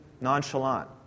nonchalant